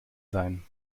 sein